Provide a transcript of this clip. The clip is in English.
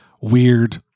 weird